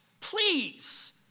please